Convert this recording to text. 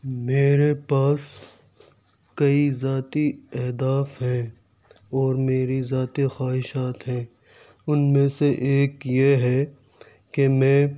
میرے پاس کئی ذاتی اہداف ہے اور میری ذاتی خواہشات ہیں ان میں سے ایک یہ ہے کہ میں